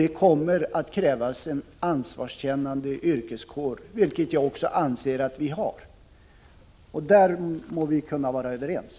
Det kommer också att krävas en ansvarskännande yrkeskår, vilket jag anser att vi har. Därom må vi kunna vara överens.